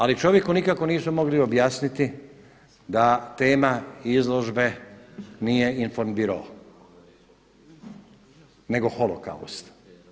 Ali čovjeku nikako nisu mogli objasniti da tema izložbe nije infobiro nego holokaust.